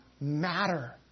matter